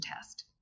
test